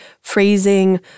phrasing